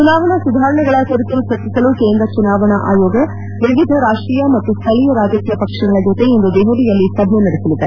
ಚುನಾವಣಾ ಸುಧಾರಣೆಗಳ ಕುರಿತು ಚರ್ಚಿಸಲು ಕೇಂದ್ರ ಚುನಾವಣಾ ಆಯೋಗ ವಿವಿಧ ರಾಷ್ಸೀಯ ಮತ್ತು ಸ್ಥಳೀಯ ರಾಜಕೀಯ ಪಕ್ಷಗಳ ಜೊತೆ ಇಂದು ದೆಹಲಿಯಲ್ಲಿ ಸಭೆ ನಡೆಸಲಿದೆ